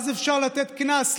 אז אפשר לתת קנס.